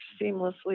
seamlessly